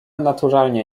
naturalnie